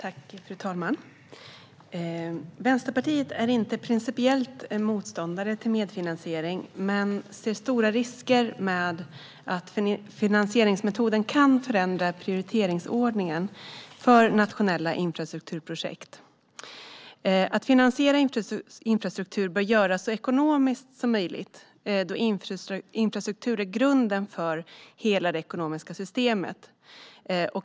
Fru talman! Vänsterpartiet är inte principiellt motståndare till medfinansiering men ser stora risker för att finansieringsmetoden kan förändra prioriteringsordningen för nationella infrastrukturprojekt. Finansiering av infrastruktur bör göras så ekonomiskt som möjligt, då infrastruktur är grunden för hela det ekonomiska systemet.